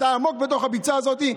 ואתה עמוק בתוך הביצה הזאת,